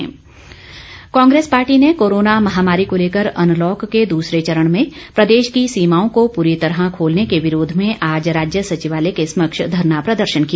Congress Congress party ने corona महामारी को लेकर अनलॉक के दूसरे चरण में प्रदेश की सीमाओं को पूरी तरह खोलने के विरोध में आज राज्य सचिवालय के समक्ष धरना प्रदर्शन किया